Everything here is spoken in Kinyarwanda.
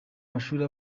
mashuri